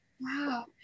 Wow